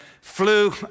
flew